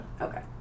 Okay